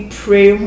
pray